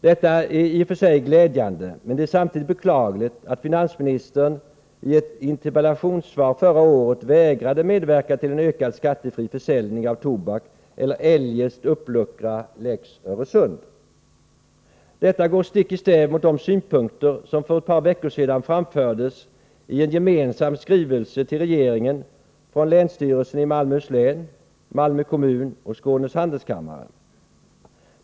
Detta är i och för sig glädjande; men det är samtidigt beklagligt att finansministern i ett interpellationssvar förra året sade att han vägrade medverka till en ökad skattefri försäljning av tobak eller eljest uppluckra ”lex Öresund”. Detta går stick i stäv mot de synpunkter som för ett par veckor sedan framfördes i en gemensam skrivelse till regeringen från länsstyrelsen i Malmöhus län, Malmö kommun och Skånes Handelskammare.